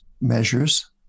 measures